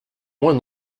moins